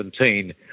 2017